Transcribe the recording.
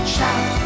Shout